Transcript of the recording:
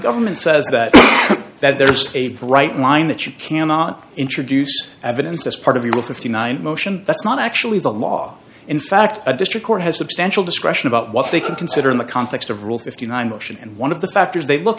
government says that that there's a bright line that you cannot introduce evidence as part of your fifty nine motion that's not actually the law in fact a district court has substantial discretion about what they can consider in the context of rule fifty nine motion and one of the factors they look